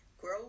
Grow